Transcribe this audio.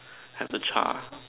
have the